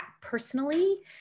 personally